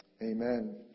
Amen